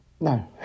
no